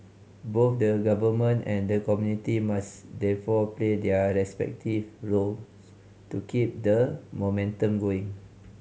both the government and the community must therefore play their respective role to keep the momentum going